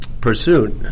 pursuit